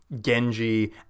genji